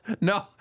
No